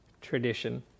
tradition